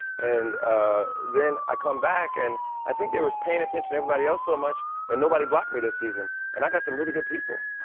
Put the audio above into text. and ah then i come back, and i think they were paying attention to everybody else so much and nobody blocked me this season. and i got some really good people.